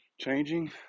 changing